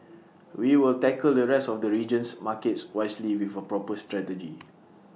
we will tackle the rest of the region's markets wisely with A proper strategy